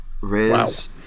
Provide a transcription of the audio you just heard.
Riz